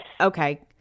okay